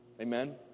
Amen